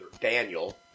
Daniel